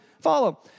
follow